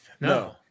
No